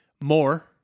more